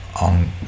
on